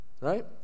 right